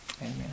Amen